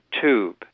tube